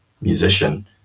musician